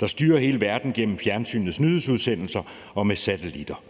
der styrer hele verden gennem fjernsynets nyhedsudsendelser og med satellitter.